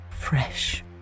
fresh